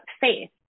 faith